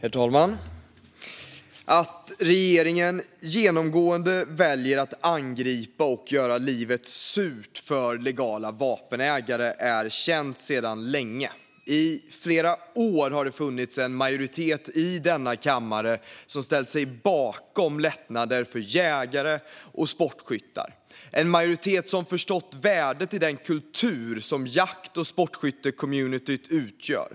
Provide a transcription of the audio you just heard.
Herr talman! Att regeringen genomgående väljer att angripa och göra livet surt för legala vapenägare är känt sedan länge. Men i flera år har det funnits en majoritet i denna kammare som har ställt sig bakom lättnader för jägare och sportskyttar. Det är en majoritet som har förstått värdet i den kultur som jakt och sportskyttecommunityn utgör.